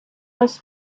was